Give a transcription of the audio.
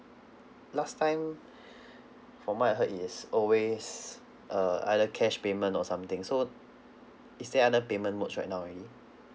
last time from what I heard it's always uh either cash payment or something so is there other payment modes right now already